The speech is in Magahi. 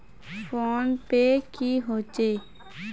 फ़ोन पै की होचे?